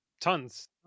Tons